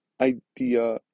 idea